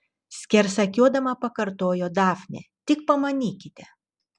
skersakiuodama pakartojo dafnė tik pamanykite